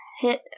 hit